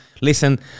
listen